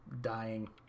dying